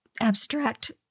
abstract